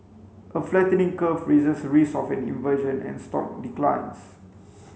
a flattening curve raises risks of an inversion and stock declines